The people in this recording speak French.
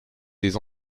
des